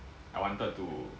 I wanted to